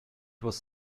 was